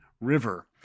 River